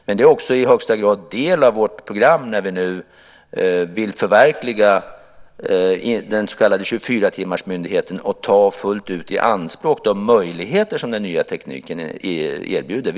Men det är också i högsta grad en del av vårt program när vi nu vill förverkliga den så kallade 24-timmarsmyndigheten och fullt ut ta i anspråk de möjligheter som den nya tekniken erbjuder.